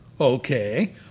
Okay